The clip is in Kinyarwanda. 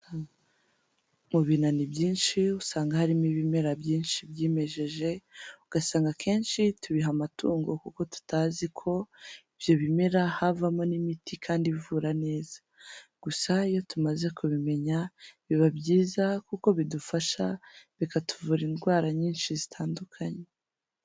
Mu binani byinshi usanga harimo ibimera byinshi byimejeje, ugasanga akenshi tubiha amatungo kuko tutazi ko ibyo bimera havamo n'imiti kandi ivura neza. Gusa iyo tumaze kubimenya biba byiza kuko bidufasha, bikatuvura indwara nyinshi zitandukanye.